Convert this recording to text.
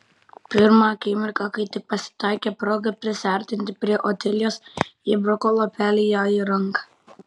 pirmą akimirką kai tik pasitaikė proga prisiartinti prie otilijos įbruko lapelį jai į ranką